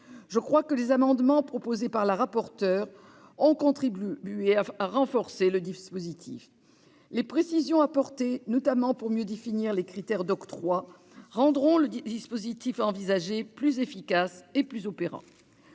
Je crois que l'adoption des amendements proposés par la rapporteure a contribué à renforcer le dispositif. Les précisions apportées, notamment pour mieux définir les critères d'octroi, rendront le dispositif envisagé plus efficace et plus opérant.